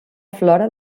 flora